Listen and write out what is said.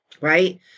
right